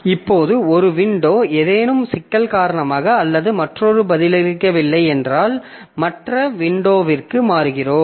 இப்போது ஒரு வின்டோ ஏதேனும் சிக்கல் காரணமாக அல்லது மற்றொன்று பதிலளிக்கவில்லை என்றால் மற்ற வின்டோவிற்கு மாறுகிறோம்